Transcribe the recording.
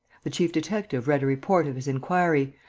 the chief-detective read a report of his inquiry,